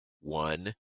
one